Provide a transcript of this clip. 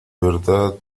verdad